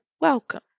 welcome